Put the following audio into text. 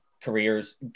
careers